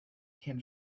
can